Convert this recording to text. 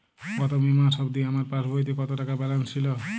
গত মে মাস অবধি আমার পাসবইতে কত টাকা ব্যালেন্স ছিল?